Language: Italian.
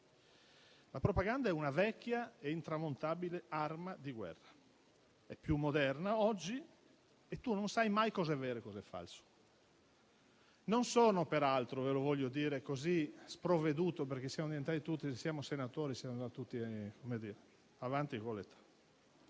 la propaganda è una vecchia e intramontabile arma di guerra. È più moderna oggi e tu non sai mai cosa è vero e cosa è falso. Non sono peraltro - ve lo voglio dire - così sprovveduto, perché siamo tutti senatori e siamo tutti avanti con l'età,